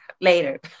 later